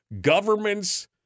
government's